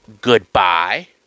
goodbye